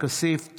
כסיף,